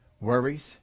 worries